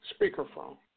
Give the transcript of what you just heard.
speakerphone